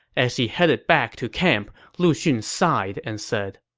as he headed back to camp, lu xun sighed and said,